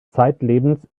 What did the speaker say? zeitlebens